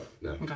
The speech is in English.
no